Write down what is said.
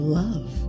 love